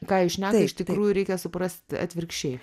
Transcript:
ką ji šneka iš tikrųjų reikia suprast atvirkščiai